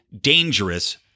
dangerous